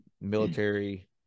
military